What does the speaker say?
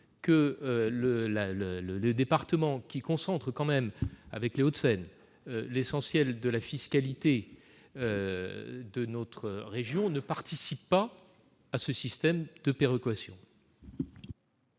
que le département qui concentre, avec les Hauts-de-Seine, l'essentiel de la fiscalité régionale ne participe pas à ce système de péréquation.